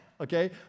okay